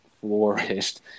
flourished